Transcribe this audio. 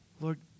Lord